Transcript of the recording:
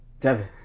Devin